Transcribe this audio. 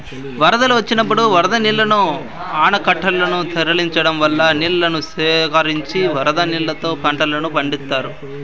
వరదలు వచ్చినప్పుడు వరద నీళ్ళను ఆనకట్టలనకు తరలించడం వల్ల నీళ్ళను సేకరించి వరద నీళ్ళతో పంటలను పండిత్తారు